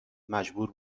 مجبور